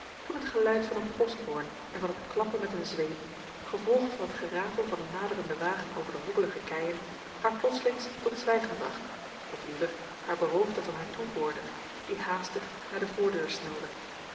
toen het geluid van een posthoorn en van het klappen met een zweep gevolgd van het geratel van een naderenden wagen over de hobbelige keien haar plotslings tot zwijgen bracht of liever haar beroofde van haar toehoorder die haastig naar de voordeur snelde